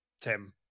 tim